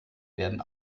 werden